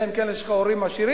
אלא אם כן יש לך הורים עשירים.